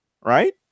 right